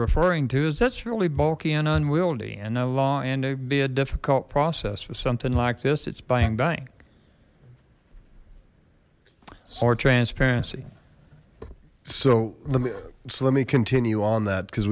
referring to is that's really bulky and unwieldy and no law and to be a difficult process with something like this it's buying bank or transparency so let me let me continue on that because